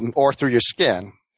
and or through your skin.